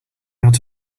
out